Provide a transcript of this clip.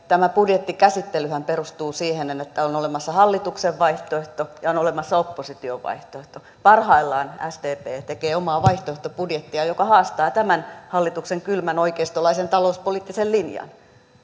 tämä budjettikäsittelyhän perustuu siihen että on olemassa hallituksen vaihtoehto ja on olemassa opposition vaihtoehto parhaillaan sdp tekee omaa vaihtoehtobudjettiaan joka haastaa tämän hallituksen kylmän oikeistolaisen talouspoliittisen linjan